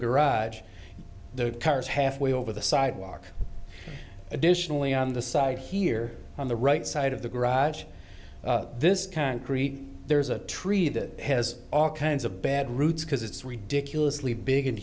garage the cars halfway over the sidewalk additionally on the side here on the right side of the garage this concrete there's a tree that has all kinds of bad roots because it's ridiculous